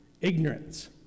ignorance